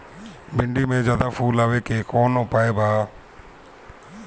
भिन्डी में ज्यादा फुल आवे के कौन उपाय बा?